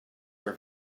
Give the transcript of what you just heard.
are